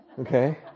Okay